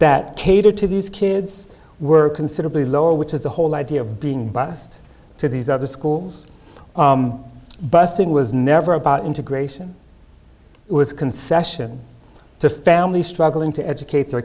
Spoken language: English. that cater to these kids were considerably lower which is the whole idea of being bused to these other schools busing was never about integration it was concession to families struggling to educate their